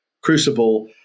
Crucible